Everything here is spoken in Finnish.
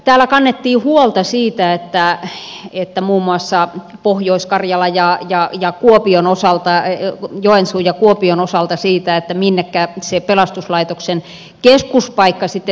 täällä kannettiin huolta muun muassa joensuun ja kuopion osalta siitä minnekä se pelastuslaitoksen keskuspaikka sitten sijoittuu